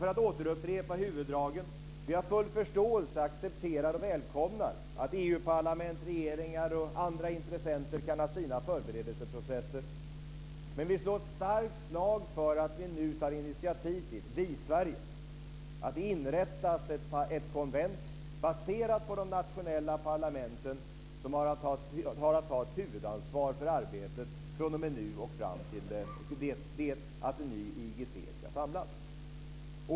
För att återupprepa huvuddragen kan jag säga att vi har full förståelse för och accepterar och välkomnar att EU-parlament, regeringar och andra intressenter kan ha sina förberedelseprocesser, men vi slår ett starkt slag för att vi i Sverige nu tar initiativ till att det inrättas ett konvent baserat på de nationella parlamenten som har att ta ett huvudansvar för arbetet fr.o.m. nu och fram till dess att en ny IGC ska samlas.